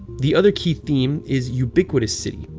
the other key theme is ubiquitous city,